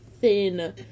thin